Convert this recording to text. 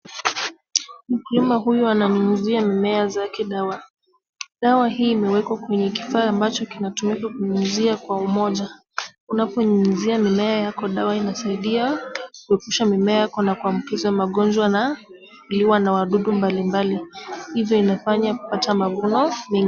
Mkulima huyu ananyunyizia mimea zake dawa. Dawa hii imewekwa kwenye kifaa ambacho kinatumika kunyunyizia kwa umoja. Unaponyunyizia mimea yako dawa inasaidia kuepusha mimea yako na kuambukizwa magonjwa na kuliwa na wadudu mbalimbali. Hizo inafanya kupata mavuno mengi.